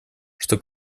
что